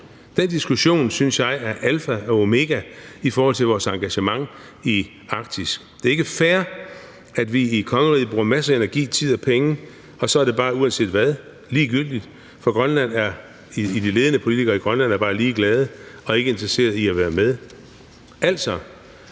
Den diskussion synes jeg er alfa og omega i forhold til vores engagement i Arktis. Det er ikke fair, at vi i kongeriget bruger masser af energi, tid og penge, og så er det bare, uanset hvad, ligegyldigt, for de ledende politikere i Grønland er bare ligeglade og ikke interesseret i at være med.